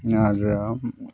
আর